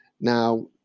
Now